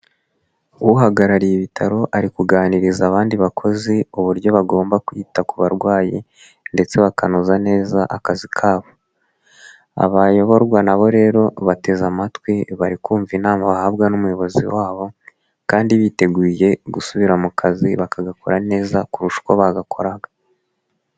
Uhagarariye ibitaro ari kuganiriza abandi bakozi, uburyo bagomba kwita ku barwayi ndetse bakano neza akazi kabo, abayoborwa nabo rero bateze amatwi barikumva inama bahabwa n'umuyobozi wabo kandi biteguye gusubira mu kazi, bakagakora neza kurusha uko bagakoraga.